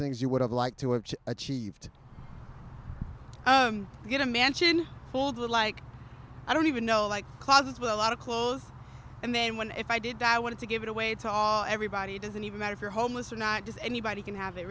things you would have liked to have achieved get a mansion pulled like i don't even know like closets with a lot of clothes and then when if i did that i wanted to give it away to all everybody doesn't even matter if you're homeless or not does anybody can have it